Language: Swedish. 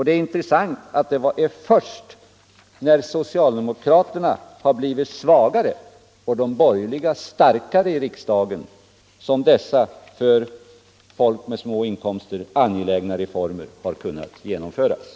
Det intressanta är att dessa för människor med små inkomster angelägna 47 reformer har kunnat genomföras först sedan socialdemokraterna har blivit svagare och de borgerliga starkare i riksdagen.